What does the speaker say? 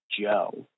Joe